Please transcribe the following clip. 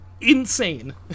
insane